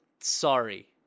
sorry